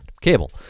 Cable